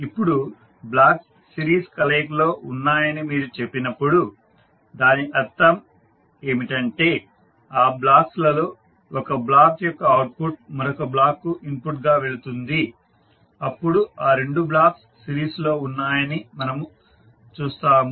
ఇప్పుడు blocks series కలయికలో ఉన్నాయని మీరు చెప్పినప్పుడు దాని అర్థం ఏమిటంటే ఆ బ్లాక్స్ లలో ఒక బ్లాక్ యొక్క అవుట్పుట్ మరొక బ్లాక్ కు ఇన్పుట్ గా వెళుతుంది అప్పుడు ఆ రెండు బ్లాక్స్ సిరీస్లో ఉన్నాయని మనము చూస్తాము